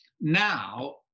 Now